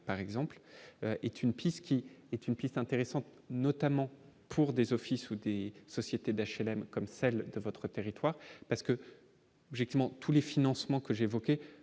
piste qui est une piste intéressante, notamment pour des offices ou des sociétés d'HLM comme celle de votre territoire parce que objectivement tous les financements que j'ai,